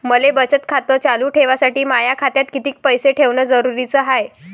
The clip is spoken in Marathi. मले बचत खातं चालू ठेवासाठी माया खात्यात कितीक पैसे ठेवण जरुरीच हाय?